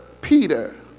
Peter